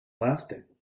lasting